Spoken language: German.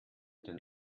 den